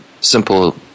simple